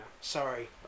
Sorry